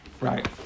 Right